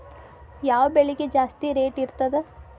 ಯಾವ ಬೆಳಿಗೆ ಜಾಸ್ತಿ ರೇಟ್ ಇರ್ತದ?